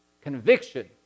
Conviction